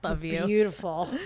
beautiful